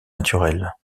naturelle